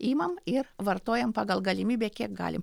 imam ir vartojam pagal galimybę kiek galim